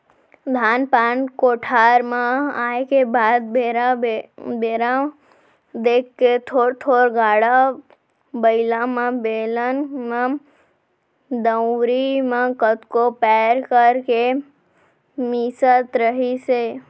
धान पान कोठार म आए के बाद बेरा देख के थोर थोर गाड़ा बइला म, बेलन म, दउंरी म कतको पैर कर करके मिसत रहिस हे